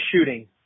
shooting